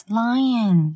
lion